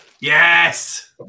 Yes